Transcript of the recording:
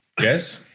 Yes